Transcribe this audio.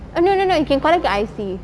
oh no no no you can collect your I_C